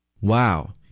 Wow